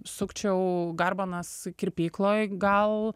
sukčiau garbanas kirpykloj gal